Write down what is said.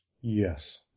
Yes